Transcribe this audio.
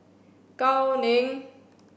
Gao Ning